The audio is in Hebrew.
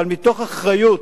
אבל מתוך אחריות,